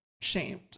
shamed